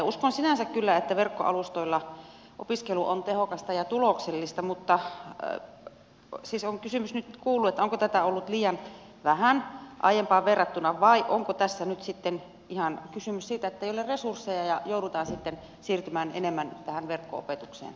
uskon sinänsä kyllä että verkkoalustoilla opiskelu on tehokasta ja tuloksellista mutta siis on kysymys nyt kuulunut onko tätä ollut liian vähän aiempaan verrattuna vai onko tässä nyt sitten ihan kysymys siitä ettei ole resursseja ja joudutaan sitten siirtymään enemmän tähän verkko opetukseen